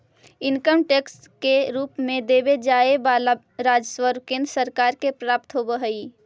income tax के रूप में देवे जाए वाला राजस्व केंद्र सरकार के प्राप्त होव हई